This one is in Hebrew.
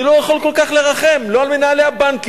אני לא יכול כל כך לרחם, לא על מנהלי הבנקים